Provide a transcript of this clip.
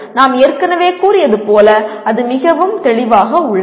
நாம் ஏற்கனவே கூறியது போல அது மிகவும் தெளிவாக உள்ளது